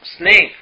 snake